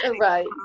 Right